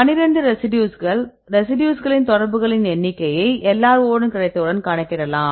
பன்னிரண்டு ரெசிடியூஸ்களுள் ரெசிடியூஸ்களின் தொடர்புகளின் எண்ணிக்கையை LRO கிடைத்தவுடன் கணக்கிடலாம்